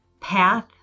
path